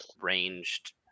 ranged